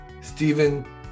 Stephen